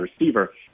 receiver